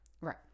Right